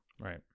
Right